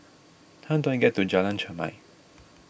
how do I get to Jalan Chermai